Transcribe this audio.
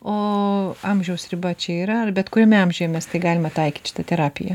o amžiaus riba čia yra ar bet kuriame amžiuje mes tai galime taikyt šitą terapiją